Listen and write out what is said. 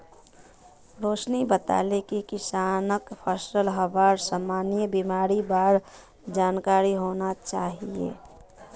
रोशिनी बताले कि किसानक फलत हबार सामान्य बीमारिर बार जानकारी होना चाहिए